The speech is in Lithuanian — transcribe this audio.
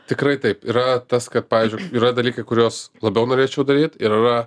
tikrai taip yra tas kad pavyzdžiui yra dalykai kuriuos labiau norėčiau daryt ir yra